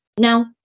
No